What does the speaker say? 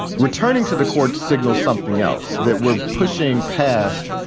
returning to the court signals something else that we're pushing past.